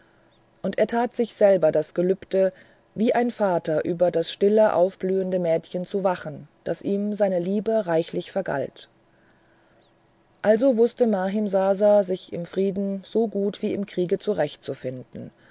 und er tat sich selber das gelübde wie ein vater über das still aufblühende mädchen zu wachen das ihm seine liebe reichlich vergalt also wußte mahimsasa sich im frieden so gut wie im kriege zurecht